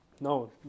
No